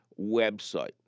website